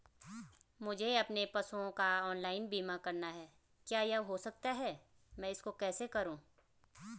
मुझे अपने पशुओं का ऑनलाइन बीमा करना है क्या यह हो सकता है मैं इसको कैसे करूँ?